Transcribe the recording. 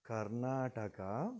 Karnataka